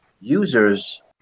users